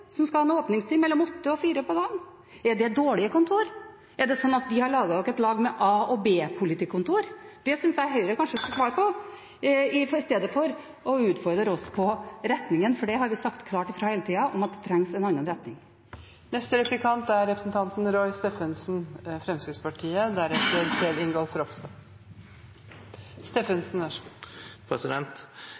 ha en åpningstid mellom kl. 8 og 16 på dagen. Er det dårlige kontor? Er det slik at en har laget seg en ordning med A- og B-politikontor? Det syns jeg Høyre skulle svare på, i stedet for å utfordre oss på retningen. Vi har sagt klart fra hele tida om at det trengs en annen retning.